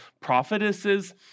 prophetesses